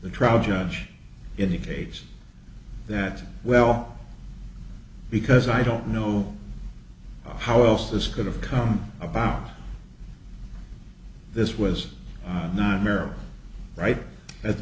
the trial judge indicates that well because i don't know how else this could have come about this was a night